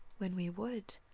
when we would.